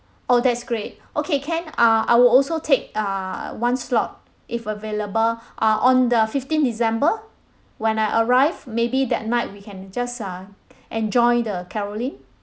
oh that's great okay can uh I will also take err one slot if available uh on the fifteen december when I arrive maybe that night we can just uh enjoy the carolling